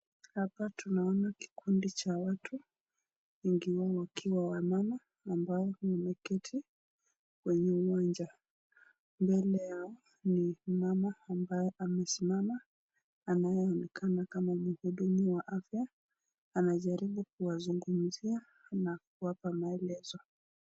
Hapa tunaona kikundi cha watu, wakiwa wamama ambao wameketi kenye uwanja. Mbele yao ni mama ambaye amesimama anayeonekana kama mhudumu wa afya, anajaribu kuwazungumzia na kuwapa maelezo.